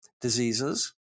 diseases